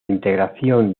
integración